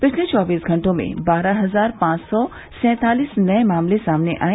पिछले चौबीस घंटों में बारह हजार पांच सौ सैंतालीस नये मामले सामने आये